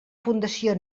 fundació